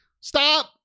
stop